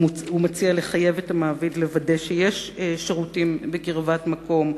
הוא מציע לחייב את המעביד לוודא שיש שירותים בקרבת מקום,